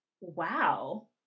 Wow